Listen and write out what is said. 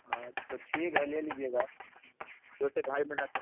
ہاں تو ٹھیک ہے لے لیجیے گا دو سے ڈھائی مہینہ تک